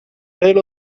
pell